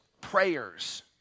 prayers